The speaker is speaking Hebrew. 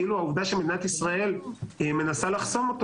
כאילו העובדה שמדינת ישראל מנסה לחסום אותו,